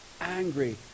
Angry